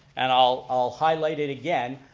and i'll i'll highlight it again,